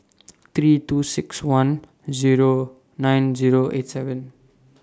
three two six one Zero nine Zero eight seven